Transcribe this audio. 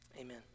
Amen